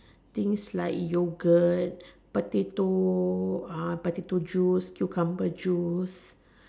things like yogurt potato uh potato juice cucumber juice